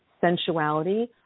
sensuality